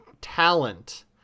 talent